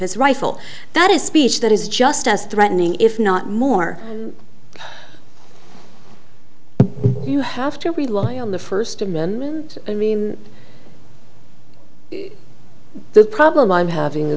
his rifle that is speech that is just as threatening if not more you have to rely on the first amendment i mean the problem i'm having